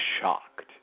shocked